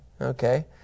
Okay